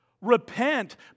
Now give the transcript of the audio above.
Repent